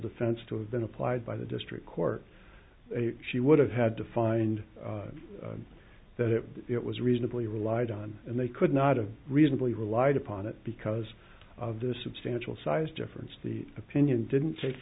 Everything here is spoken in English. defense to have been applied by the district court she would have had to find that it was reasonably relied on and they could not have reasonably relied upon it because of the substantial size difference the opinion didn't take